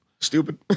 Stupid